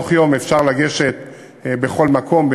תוך יום אפשר לגשת בכל מקום,